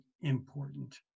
important